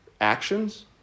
actions